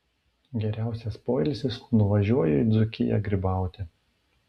geriausias poilsis nuvažiuoju į dzūkiją grybauti